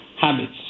habits